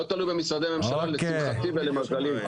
לא תלוי במשרדי ממשלה, לשמחתי ולמזלי.